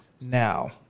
Now